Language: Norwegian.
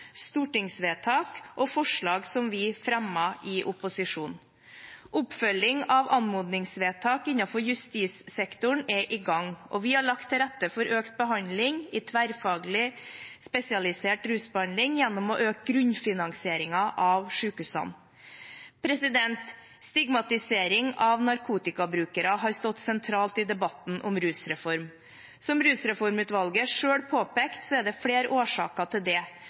stortingsvedtak og forslag vi fremmet i opposisjon. Oppfølging av anmodningsvedtak innenfor justissektoren er i gang, og vi har lagt til rette for økt behandling i tverrfaglig spesialisert rusbehandling gjennom å øke grunnfinansieringen av sykehusene. Stigmatisering av narkotikabrukere har stått sentralt i debatten om rusreform. Som rusreformutvalget selv påpekte, er det flere årsaker til